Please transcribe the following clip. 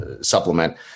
supplement